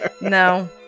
No